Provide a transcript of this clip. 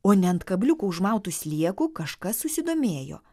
o ne ant kabliuko užmautu slieku kažkas susidomėjo